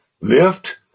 Lift